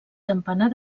campanar